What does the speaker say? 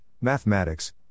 mathematics